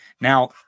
Now